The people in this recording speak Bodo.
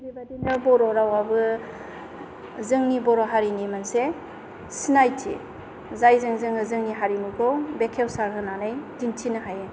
थिग बेबायदिनो बर' रावाबो जोंनि बर' हारिनि मोनसे सिनायथि जायजों जोङो जोंनि हारिमुखौ बेखेवसारहोनानै दिन्थिनो हायो